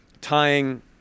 tying